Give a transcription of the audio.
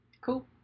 Cool